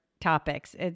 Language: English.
topics